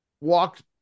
Walked